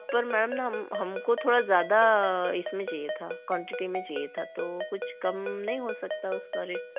पर मैम हमको थोड़ा ज़्यादा इसमें चाहिए था क्वंटीटी में चाहिए था तो कुछ कम नहीं हो सकता उसका रेट